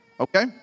Okay